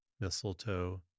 mistletoe